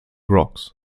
rocks